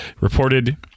reported